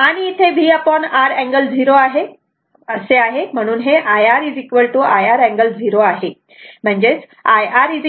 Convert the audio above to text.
आणि इथे VR angle 0 असे आहे म्हणून हे IR IR अँगल 0 आहे